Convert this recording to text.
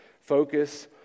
focus